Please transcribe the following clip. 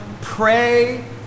pray